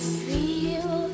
feel